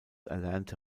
erlernte